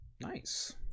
Nice